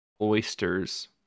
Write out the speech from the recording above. Oysters